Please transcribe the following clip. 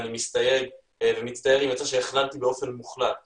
כאן אני מסתייג ומצטער אם יצא שהכללתי באופן מוחלט את כולם.